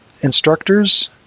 instructors